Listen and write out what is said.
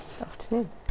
afternoon